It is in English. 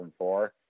2004